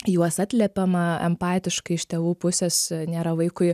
juos atliepiama empatiškai iš tėvų pusės nėra vaikui